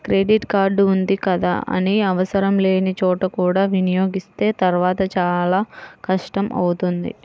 credit card ఉంది కదా అని ఆవసరం లేని చోట కూడా వినియోగిస్తే తర్వాత చాలా కష్టం అవుతుంది